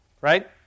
right